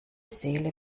seele